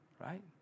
right